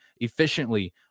efficiently